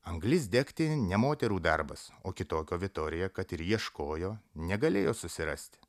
anglis degti ne moterų darbas o kitokio vitorija kad ir ieškojo negalėjo susirasti